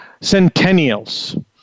centennials